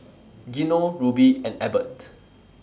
Gino Ruby and Ebert